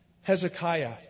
Hezekiah